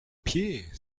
pied